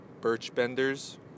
Birchbenders